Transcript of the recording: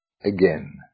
again